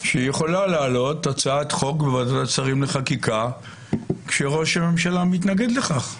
שיכולה לעלות הצעת חוק בוועדת שרים לחקיקה כשראש הממשלה מתנגד לכך.